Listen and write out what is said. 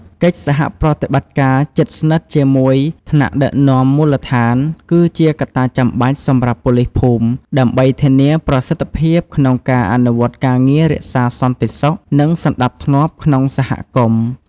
កិច្ចសហប្រតិបត្តិការជិតស្និទ្ធជាមួយថ្នាក់ដឹកនាំមូលដ្ឋាន គឺជាកត្តាចាំបាច់ សម្រាប់ប៉ូលីសភូមិ ដើម្បីធានាប្រសិទ្ធភាពក្នុងការអនុវត្តការងាររក្សាសន្តិសុខ និងសណ្ដាប់ធ្នាប់ក្នុងសហគមន៍។